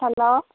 hello